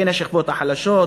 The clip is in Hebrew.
בין השכבות החלשות,